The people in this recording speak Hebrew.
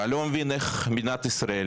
אני לא מבין איך מדינת ישראל,